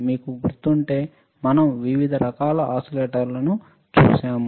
మీకు గుర్తుంటే మనం వివిధ రకాల ఓసిలేటర్లను చూశాము